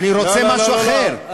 אני רוצה משהו אחר.